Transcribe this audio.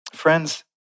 Friends